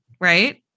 right